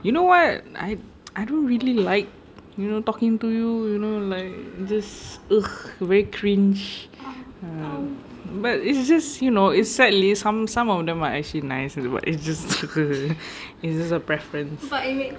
you know what I I don't really like you know talking to you you know like just ugh very cringe but it's just you know sadly some some of them are actually nice it's just suka it's just a preference